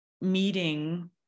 meeting